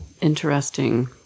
interesting